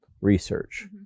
research